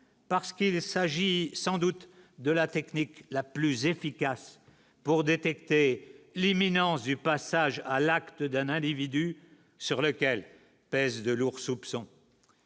Parce qu'il laisse agit sans doute de la technique la plus efficace pour détecter l'imminence du passage à l'acte d'un individu sur lequel pèsent de lourds soupçons,